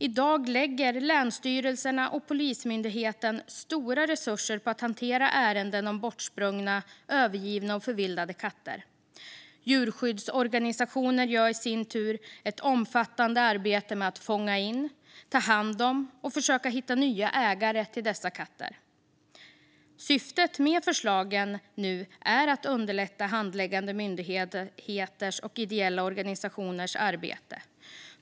I dag lägger länsstyrelserna och Polismyndigheten stora resurser på att hantera ärenden om bortsprungna, övergivna och förvildade katter. Djurskyddsorganisationer gör i sin tur ett omfattande arbete med att fånga in, ta hand om och försöka finna nya ägare till dessa katter. Syftet med förslagen är att underlätta handläggande myndigheters och ideella organisationers arbete.